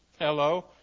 Hello